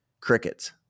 Crickets